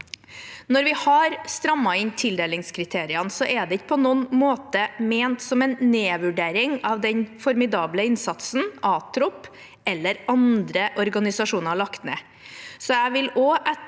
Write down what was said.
Når vi har strammet inn tildelingskriteriene, er det ikke på noen måte ment som en nedvurdering av den formidable innsatsen ATROP eller andre organisasjoner har lagt ned.